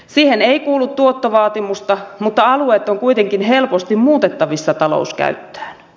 siihen ei kuulu tuottovaatimusta mutta alueet on kuitenkin helposti muutettavissa talouskäyttöön